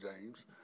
James